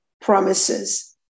promises